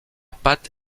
pâte